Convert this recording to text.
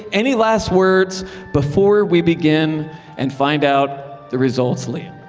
any last words before we begin and find out the results, liam?